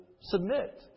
submit